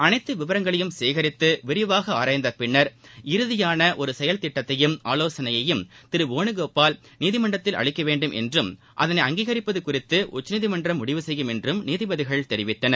அனைத்து விவரங்களையும் சேகரித்து விரிவாக ஆராயந்த பின்னர் இறுதியாள ஒரு செயல் திட்டத்தையும் ஆலோசனையையும்திரு வேணுகோபால் நீதிமன்றத்தில் அளிக்க வேண்டும் என்றும் அதளை அங்கீகரிக்கப்பது குறித்து உச்சநீதிமன்றம் முடிவு செய்யும் என்றும் நீதிபதிகள் தெரிவித்தனர்